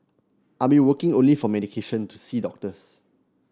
I'd be working only for my medication to see doctors